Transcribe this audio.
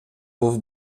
був